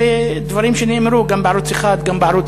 אלה דברים שנאמרו גם בערוץ 1 וגם בערוץ